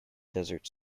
desert